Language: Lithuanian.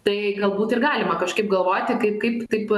tai galbūt ir galima kažkaip galvoti kaip kaip taip